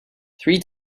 three